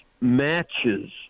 matches